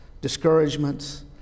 discouragements